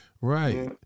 right